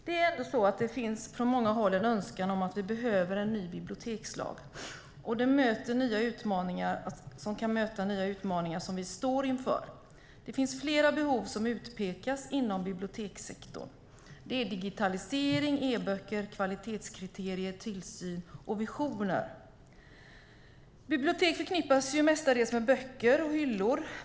Det är ändå så att det från många håll finns en önskan om en ny bibliotekslag som kan möta de nya utmaningar vi står inför. Flera behov utpekas inom bibliotekssektorn. Det gäller då digitalisering, e-böcker, kvalitetskriterier, tillsyn och visioner. Bibliotek förknippas mestadels med böcker och hyllor.